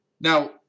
Now